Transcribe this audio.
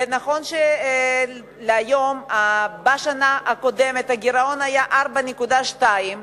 ונכון להיום, בשנה הקודמת הגירעון היה 4.2%